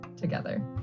together